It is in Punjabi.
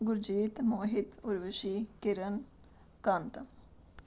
ਗੁਰਜੀਤ ਮੋਹਿਤ ਉਰਵਸ਼ੀ ਕਿਰਨ ਕਾਂਤਾ